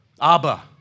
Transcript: Abba